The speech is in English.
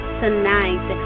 tonight